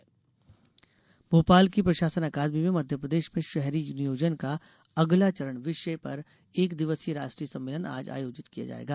सम्मेलन भोपाल की प्रशासन अकादमी में मप्र में शहरी नियोजन का अगला चरण विषय पर एक दिवसीय राष्ट्रीय सम्मेलन आज आयोजित किया जायेगा